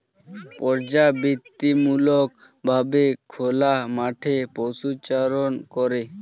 পর্যাবৃত্তিমূলক ভাবে খোলা মাঠে পশুচারণ করে